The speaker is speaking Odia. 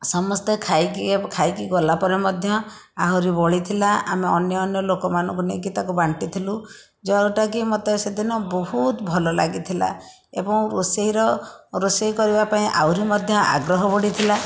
ସମସ୍ତେ ଖାଇକି ଖାଇକି ଗଲା ପରେ ମଧ୍ୟ ଆହୁରି ବଳିଥିଲା ଆମେ ଅନ୍ୟ ଅନ୍ୟ ଲୋକମାନଙ୍କୁ ନେଇକି ତାକୁ ବାଣ୍ଟିଥିଲୁ ଯେଉଁଟାକି ମୋତେ ସେଦିନ ବହୁତ ଭଲ ଲାଗିଥିଲା ଏବଂ ରୋଷେଇର ରୋଷେଇ କରିବା ପାଇଁ ଆହୁରି ମଧ୍ୟ ଆଗ୍ରହ ବଢ଼ିଥିଲା